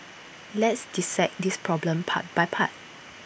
let's dissect this problem part by part